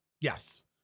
Yes